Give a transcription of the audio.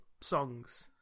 songs